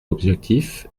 objectif